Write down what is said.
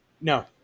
No